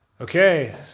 Okay